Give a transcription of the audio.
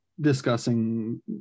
discussing